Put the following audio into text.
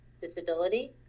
disability